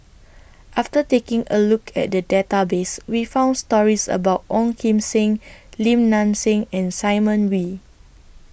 after taking A Look At The Database We found stories about Ong Kim Seng Lim Nang Seng and Simon Wee